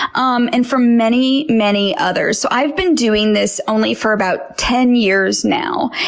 um and from many, many others. so i've been doing this only for about ten years now.